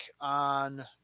on